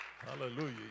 hallelujah